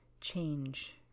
change